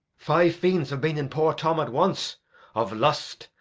five fiends have been in poor tom at once of lust,